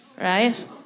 right